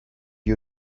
you